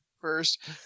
First